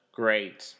great